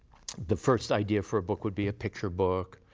the first idea for a book would be a picture book,